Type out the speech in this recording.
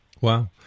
Wow